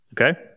Okay